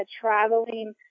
traveling